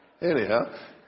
Anyhow